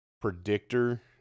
predictor